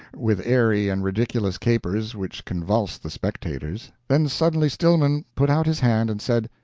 with airy and ridiculous capers which convulsed the spectators then suddenly stillman put out his hand and said,